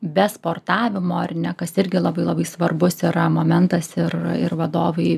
be sportavimo ar ne kas irgi labai labai svarbus yra momentas ir ir vadovai